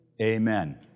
amen